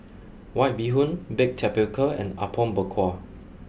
White Bee Hoon Baked Tapioca and Apom Berkuah